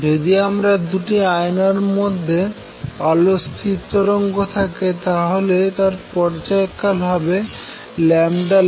যদি আমাদের কাছে দুটি আয়নার মধ্যে আলোর স্থির তরঙ্গ থাকে তাহলে তার পর্যায়কাল হবে light2